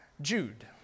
Jude